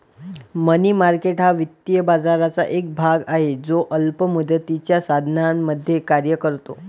मनी market हा वित्तीय बाजाराचा एक भाग आहे जो अल्प मुदतीच्या साधनांमध्ये कार्य करतो